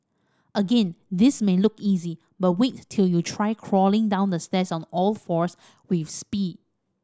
again this may look easy but wait till you try crawling down the stairs on all fours with speed